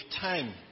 time